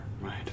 right